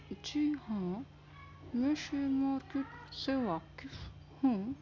جی ہاں میں share market سے واقف ہوں